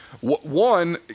one